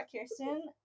Kirsten